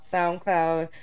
SoundCloud